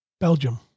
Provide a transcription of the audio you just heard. Belgium